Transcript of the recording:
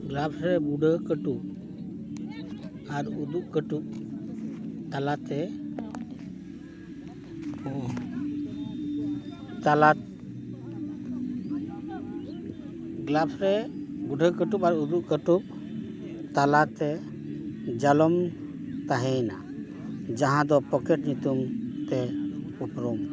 gloves ᱨᱮ ᱵᱩᱲᱦᱟᱹ ᱠᱟᱹᱴᱩᱯ ᱟᱨ ᱩᱫᱩᱜ ᱠᱟᱹᱴᱩᱯ ᱛᱟᱞᱟᱛᱮ ᱛᱟᱞᱟ ᱜᱞᱟᱵᱷᱥ ᱨᱮ ᱵᱩᱲᱦᱟᱹ ᱠᱟᱹᱴᱩᱯ ᱟᱨ ᱩᱫᱩᱜ ᱠᱟᱹᱴᱩᱯ ᱛᱟᱞᱟᱛᱮ ᱡᱟᱞᱚᱢ ᱛᱟᱦᱮᱱᱟ ᱡᱟᱦᱟᱸᱫᱚ ᱯᱚᱠᱮᱴ ᱧᱩᱛᱩᱢ ᱛᱮ ᱩᱯᱨᱩᱢ